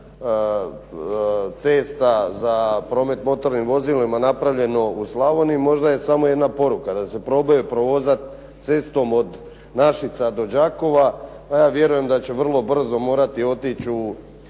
cesta za promet motornim vozilima napravljeno u Slavoniji možda je samo jedna poruka da se probaju provozati cestom od Našica do Đakova, ja vjerujem da će vrlo brzo morati otići u